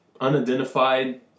unidentified